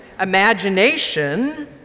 imagination